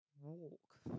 walk